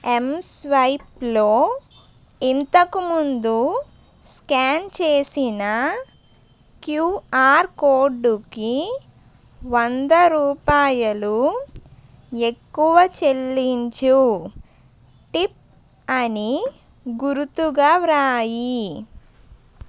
ఎంస్వైప్లో ఇంతకు ముందు స్క్యాన్ చేసిన క్యూఆర్ కోడ్కి వంద రూపాయలు ఎక్కువ చెల్లించు టిప్ అని గురుతుగా వ్రాయి